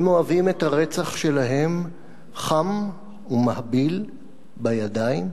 הם אוהבים את הרצח שלהם חם ומהביל בידיים.